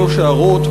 שלוש הערות.